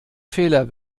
fehler